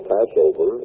Passover